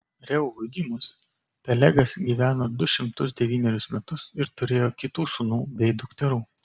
reuvui gimus pelegas gyveno du šimtus devynerius metus ir turėjo kitų sūnų bei dukterų